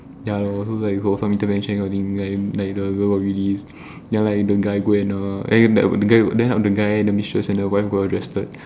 ya lor for me to mention that kind of thing like the girl got released ya lah the guy go and err the guy the mistress and the wife got arrested